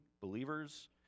believers